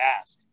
ask